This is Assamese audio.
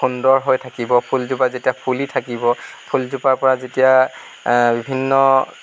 সুন্দৰ হৈ থাকিব ফুলজোপা যেতিয়া ফুলি থাকিব ফুলজোপাৰ পৰা যেতিয়া বিভিন্ন